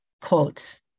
quotes